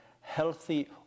healthy